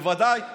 בוודאי אתם,